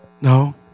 No